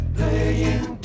Playing